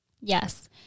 Yes